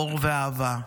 אור ואהבה.